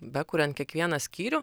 bekuriant kiekvieną skyrių